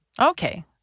Okay